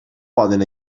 poden